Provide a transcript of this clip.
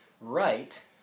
right